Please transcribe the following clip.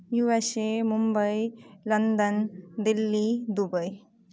U S A Mumbai London Delhi Dubai